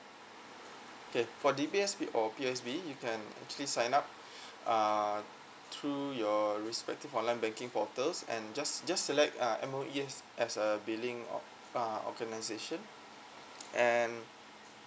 okay for D_B_S or P_O_S_B you can actually sign up uh through your respective online banking portals and just just select uh M_O_E as a billing uh organisation and